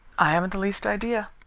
i haven't the least idea,